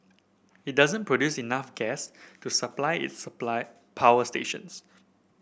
it doesn't produce enough gas to supply its supply power stations